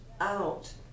out